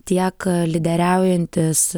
tiek lyderiaujantys